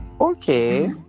okay